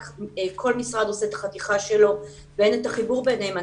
כל משרד עושה את החתיכה שלו ואין את החיבור ביניהם,